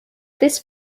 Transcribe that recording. this